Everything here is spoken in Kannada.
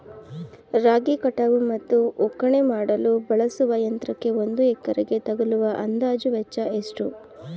ರಾಗಿ ಕಟಾವು ಮತ್ತು ಒಕ್ಕಣೆ ಮಾಡಲು ಬಳಸುವ ಯಂತ್ರಕ್ಕೆ ಒಂದು ಎಕರೆಗೆ ತಗಲುವ ಅಂದಾಜು ವೆಚ್ಚ ಎಷ್ಟು?